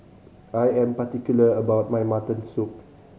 I am particular about my mutton soup